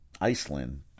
Iceland